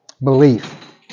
Belief